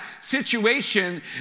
situation